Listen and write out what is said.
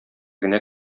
генә